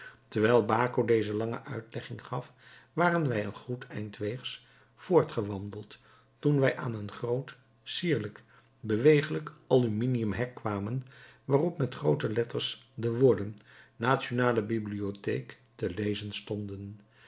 terwijl baco deze lange uitlegging gaf waren wij een goed eind weegs voortgewandeld toen wij aan een groot sierlijk bewerkt aluminiumhek kwamen waarop met groote letters de woorden nationale bibliotheek te lezen stonden